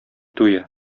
туе